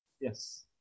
Yes